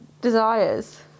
desires